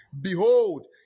Behold